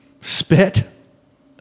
Spit